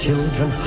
Children